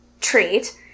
treat